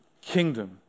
kingdom